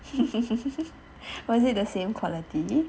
but is it the same quality